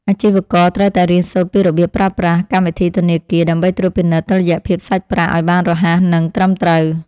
អាជីវករត្រូវតែរៀនសូត្រពីរបៀបប្រើប្រាស់កម្មវិធីធនាគារ ដើម្បីត្រួតពិនិត្យតុល្យភាពសាច់ប្រាក់ឱ្យបានរហ័សនិងត្រឹមត្រូវ។